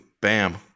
Bam